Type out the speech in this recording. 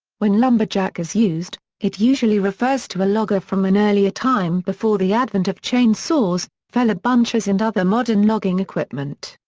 when lumberjack is used, it usually refers to a logger from an earlier time before the advent of chainsaws, feller-bunchers and other modern logging equipment.